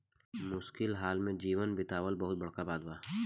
मुश्किल हाल में जीवन बीतावल बहुत बड़का बात बा